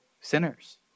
sinners